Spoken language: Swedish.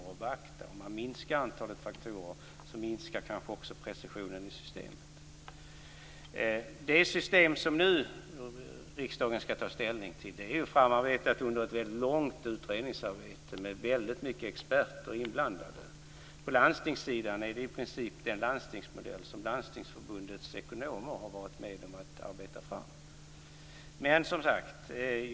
Om man minskar antalet faktorer, minskar kanske också precisionen i systemet. Det system som riksdagen nu skall ta ställning till är framarbetat under ett väldigt långt utredningsarbete med väldigt många experter inblandade. Det är i princip den landstingsmodell som Landstingsförbundets ekonomer har varit med om att arbeta fram.